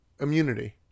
immunity